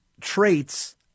traits